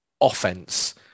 offense